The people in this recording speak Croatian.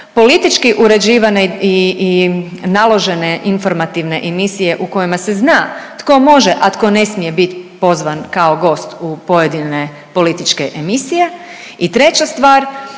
politički uređivane i naložene informativne emisije u kojima se zna tko može, a tko ne smije bit pozvan kao gost u pojedine političke emisije. I treća stvar,